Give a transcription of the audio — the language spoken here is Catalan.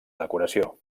decoració